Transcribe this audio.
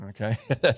okay